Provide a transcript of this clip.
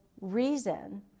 reason